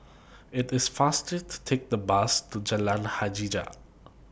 IT IS faster to Take The Bus to Jalan Hajijah